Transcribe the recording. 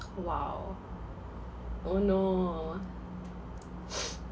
!wow! oh no